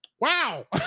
wow